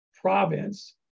province